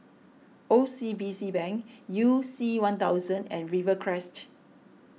O C B C Bank You C one thousand and Rivercrest